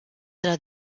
della